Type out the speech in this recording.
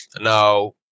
Now